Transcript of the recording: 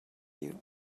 you